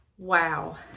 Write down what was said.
wow